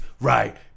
right